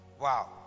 Wow